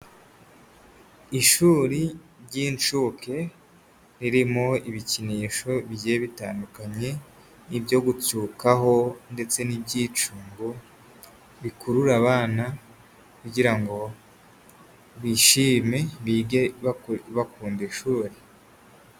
Ishuri ry'inshuke ririmo ibikinisho bigiye bitandukanye, ibyo gutsukaho ndetse n'iby'icungo bikurura abana kugira ngo bishime bige bakunda ishuri.